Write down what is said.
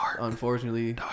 unfortunately